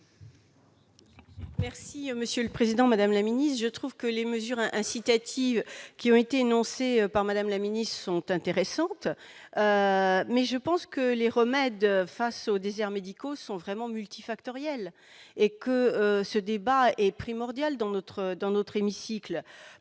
Merci. Monsieur le Président, Madame la Ministre, je trouve que les mesures incitatives qui ont été énoncés par Madame, la Mini sont. Intéressante mais je pense que les remèdes face aux déserts médicaux sont vraiment multifactoriel et que ce débat est primordial dans notre dans